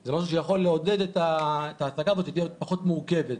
זה משהו שיכול לעודד את העסקה והיא תהיה פחות מורכבת.